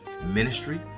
ministry